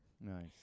Nice